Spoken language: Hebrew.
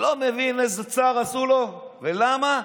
לא מבין איזה צער עשו לו, ולמה?